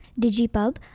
Digipub